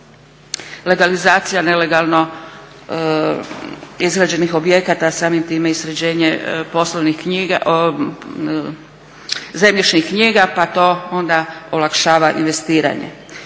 legalizacija nelegalno izrađenih objekata, a samim tim i sređenje zemljišnih knjiga pa to onda olakšava investiranje.